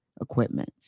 equipment